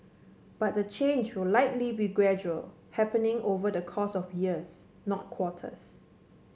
but the change will likely be gradual happening over the course of years not quarters